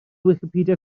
wicipedia